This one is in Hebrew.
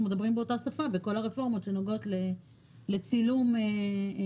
מדברים באותה שפה בכל הרפורמות שנוגעות לצילום אזרחים.